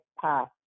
path